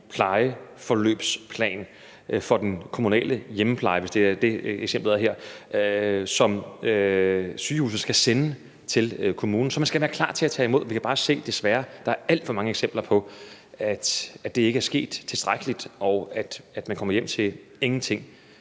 plejeforløbsplan for den kommunale hjemmepleje, hvis det er det, eksemplet handler om her, som sygehuset skal sende til kommunen. Så man skal være klar til at tage imod. Vi kan desværre bare se, at der er alt for mange eksempler på, at det ikke er sket i tilstrækkeligt omfang, og at man kommer hjem til ingenting.